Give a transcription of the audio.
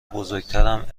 بزرگترم